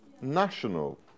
national